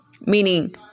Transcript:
meaning